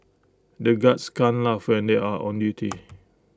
the guards can't laugh when they are on duty